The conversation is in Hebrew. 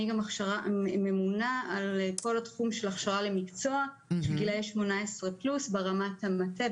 אני גם ממונה על כל התחום של הכשרה למקצוע של גילאי 18 פלוס ברמת המטה,